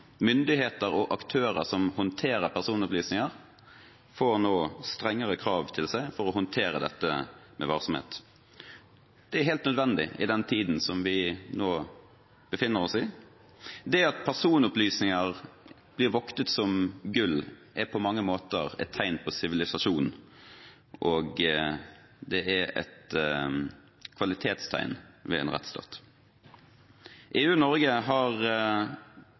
Myndigheter og aktører som håndterer personopplysninger, får nå strengere krav til seg for å håndtere dette med varsomhet. Det er helt nødvendig i den tiden som vi nå befinner oss i. Det at personopplysninger blir voktet som gull, er på mange måter et tegn på sivilisasjon, og det er et kvalitetstegn ved en rettsstat. EU og Norge har